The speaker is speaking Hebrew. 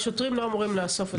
השוטרים לא אמורים לאסוף את זה.